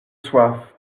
soif